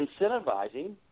incentivizing